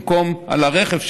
במקום על הרכב,